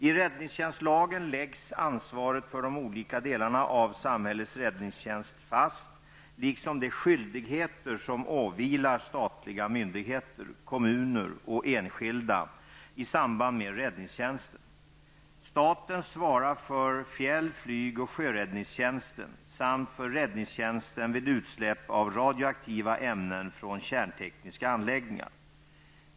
I räddningstjänstlagen läggs ansvaret för de olika delarna av samhällets räddningstjänst fast liksom de skyldigheter som åvilar statliga myndigheter, kommuner och enskilda i samband med räddningstjänsten. Staten svarar för fjäll-, flyg och sjöräddningstjänsten samt för räddningstjänsten vid utsläpp av radioaktiva ämnen från kärntekniska anläggningar.